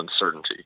uncertainty